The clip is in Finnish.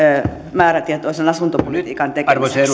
määrätietoisen asuntopolitiikan